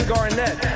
Garnett